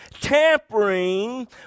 Tampering